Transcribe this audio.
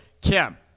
Kim